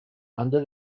under